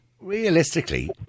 realistically